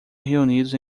reunidos